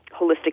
holistic